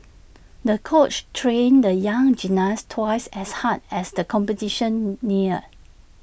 the coach trained the young gymnast twice as hard as the competition neared